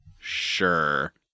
sure